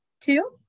Two